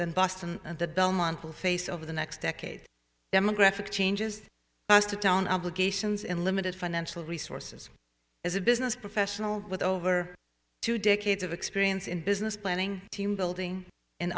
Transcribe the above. then boston and the belmont will face over the next decade demographic changes to town obligations and limited financial resources as a business professional with over two decades of experience in business planning team building and